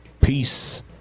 Peace